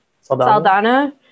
saldana